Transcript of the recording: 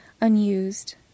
unused